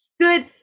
good